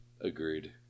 Agreed